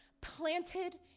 planted